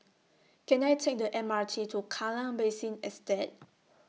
Can I Take The M R T to Kallang Basin Estate